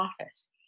office